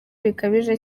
bikabije